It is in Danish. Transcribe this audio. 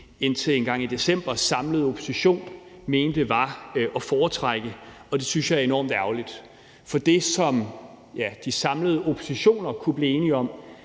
indtil engang i december samlet opposition mente var at foretrække, og det synes jeg er enormt ærgerligt. For det, som de samlede oppositioner kunne blive enige om,